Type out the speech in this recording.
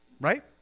right